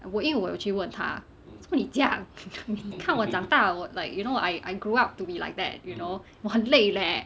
我因为我有去问她为什么你这样你看我长大我 like you know I I grew up to be like that you know 我很累 leh